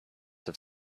have